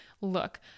look